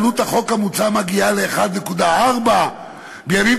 עלות החוק המוצע מגיעה כדי 1.4 מיליארד שקל בשנה.